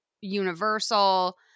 universal